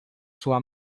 sua